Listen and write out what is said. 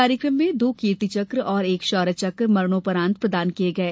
कार्यक्रम में दो कीर्तिचक्र और एक शौर्यचक्र मरणोपरांत प्रदान किये गये